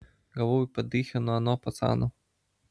gavau į padychę nuo ano pacano